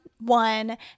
one